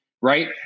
Right